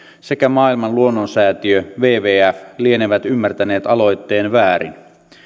sekä maailman luonnonsäätiö wwf lienevät ymmärtäneet aloitteen väärin